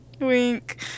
wink